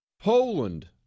Poland